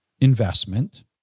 investment